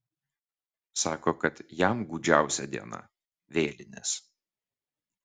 sako kad jam gūdžiausia diena vėlinės